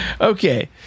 Okay